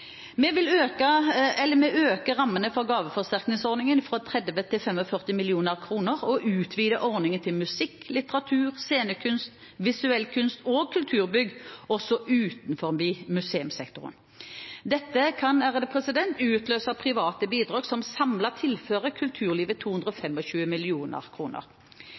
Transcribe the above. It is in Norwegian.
Vi øker rammene for gaveforsterkningsordningen fra 30 mill. kr til 45 mill. kr og utvider ordningen til musikk, litteratur, scenekunst, visuell kunst og kulturbygg også utenfor museumssektoren. Dette kan utløse private bidrag, som samlet tilfører kulturlivet